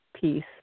Peace